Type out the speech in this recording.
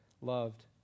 loved